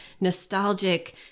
nostalgic